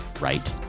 right